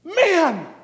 Man